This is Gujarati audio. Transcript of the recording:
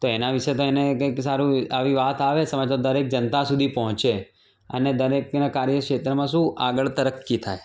તો એના વિશે તો એને કંઈક સારું આવે વાત તો દરેક જનતા સુધી પહોંચે અને દરેકના કાર્યક્ષેત્રમાં શું આગળ તરક્કી થાય